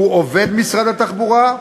שהוא עובד משרד התחבורה,